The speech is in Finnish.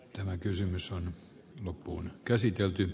tämä kysymys on työvoimaa tarvitaan